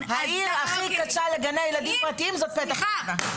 העיר הכי קשה לגני ילדים פרטיים זאת פתח תקווה.